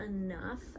enough